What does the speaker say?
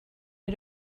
you